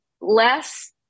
less